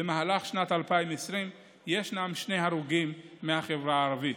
במהלך שנת 2020 ישנם שני הרוגים מהחברה הערבית.